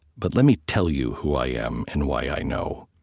but let me tell you who i am and why i know.